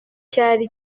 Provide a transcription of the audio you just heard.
cyari